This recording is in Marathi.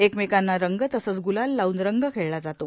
एकमेकांना रंग तसंच ग्लाल लावून रंग खेळला जातो